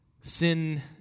Sin